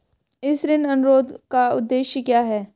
इस ऋण अनुरोध का उद्देश्य क्या है?